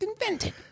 invented